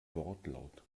wortlaut